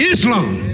Islam